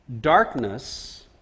darkness